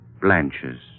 blanches